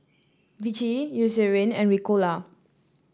Vichy Eucerin and Ricola